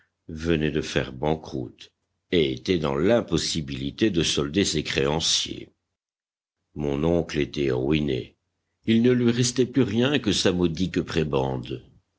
venait de faire banqueroute et était dans l'impossibilité de solder ses créanciers mon oncle était ruiné il ne lui restait plus rien que sa modique prébende